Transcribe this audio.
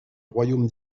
royaume